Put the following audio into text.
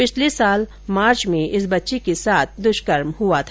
पिछले साल मार्च में इस बच्ची के साथ दुष्कर्म हुआ था